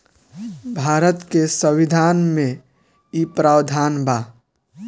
भारत के संविधान में इ प्रावधान बा